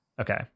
Okay